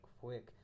quick